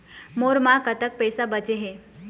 मोर म कतक पैसा बचे हे?